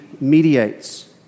mediates